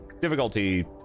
difficulty